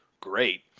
great